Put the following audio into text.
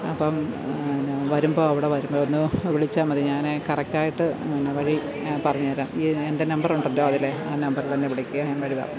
അപ്പം എന്ന വരുമ്പോൾ അവിടെ വരുമ്പോൾ ഒന്ന് വിളിച്ചാൽ മതി ഞാൻ കറക്റ്റ് ആയിട്ട് ന്ന വഴി പറഞ്ഞ് തരാം ഈ എൻറെ നമ്പർ ഉണ്ടല്ലോ അതിൽ ആ നമ്പറിൽ എന്നെ വിളിക്ക് ഞാൻ വഴി പറഞ്ഞ് തരാം